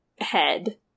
head